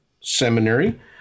seminary